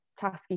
tasky